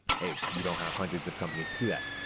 hey, you don't have hundreds of companies do that.